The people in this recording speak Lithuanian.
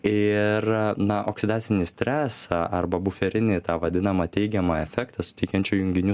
ir na oksidacinį stresą arba buferinį tą vadinamą teigiamą efektą suteikiančių junginių